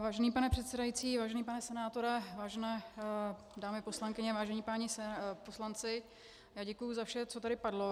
Vážený pane předsedající, vážený pane senátore, vážené dámy poslankyně, vážení páni poslanci, děkuji za vše, co tady padlo.